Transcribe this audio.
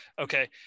Okay